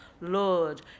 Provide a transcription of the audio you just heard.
lord